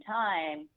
time